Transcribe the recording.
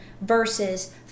versus